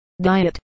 diet